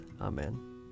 Amen